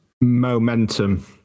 Momentum